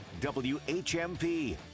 WHMP